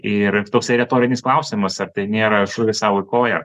ir toksai retorinis klausimas ar tai nėra šūvis sau į koją